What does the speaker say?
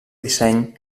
disseny